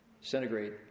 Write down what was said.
centigrade